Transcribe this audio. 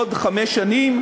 עוד חמש שנים,